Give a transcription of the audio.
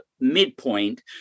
midpoint